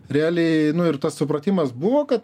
realiai ir tas supratimas buvo kad